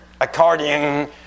according